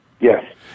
Yes